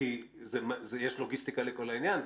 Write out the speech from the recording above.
כי יש לוגיסטיקה לכל העניין,